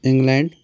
England